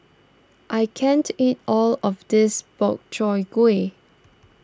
I can't eat all of this Gobchang Gui